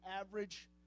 average